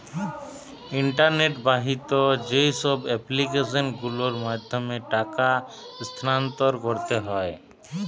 internet বাহিত যেইসব application গুলোর মাধ্যমে টাকা স্থানান্তর করতে হয়